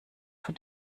von